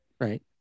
Right